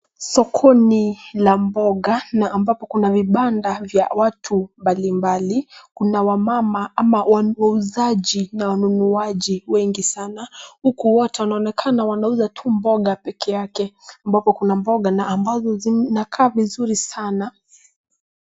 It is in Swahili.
Sokoni la mboga na ambapo kuna vibanda vya watu mbalimbali. Kuna wamama ama wauzaji na wanunuaji wengi sana huku wote wanaonekana wanauza tu mboga peke yake ambapo kuna mboga na ambazo zinakaa vizuri sana.